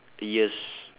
a years